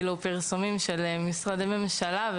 הפרסומים של משרדי הממשלה,